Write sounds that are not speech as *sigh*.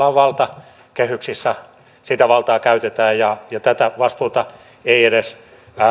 *unintelligible* on valta kehyksissä sitä valtaa käytetään ja ja tätä vastuuta ei edes